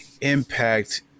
impact